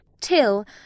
till